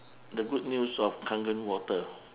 the good news of kangen water